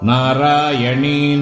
Narayani